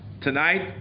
tonight